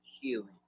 healing